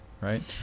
Right